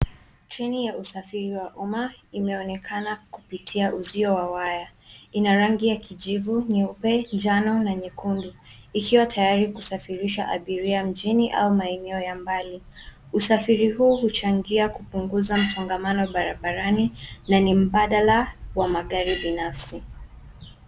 Treni ya usafiri wa umma, inaonekana kupitia uzio wa waya. Ina rangi ya kijivu, nyeupe, njano na nyekundu ikiwa tayari kusafirisha abiria mjini au maeneo ya mbali. Usafiri huu huchangia kupunguza msongamano barabarani, na ni mbadala wa magari binafsi.